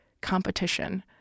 competition